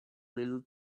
little